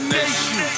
nation